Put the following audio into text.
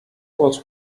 was